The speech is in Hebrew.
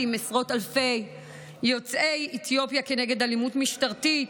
עם עשרות אלפי יוצאי אתיופיה כנגד אלימות משטרתית.